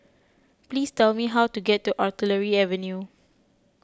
please tell me how to get to Artillery Avenue